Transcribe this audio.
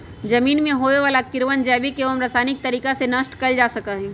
जमीन में होवे वाला कीड़वन जैविक एवं रसायनिक तरीका से नष्ट कइल जा सका हई